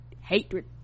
hatred